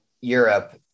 Europe